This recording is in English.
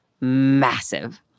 massive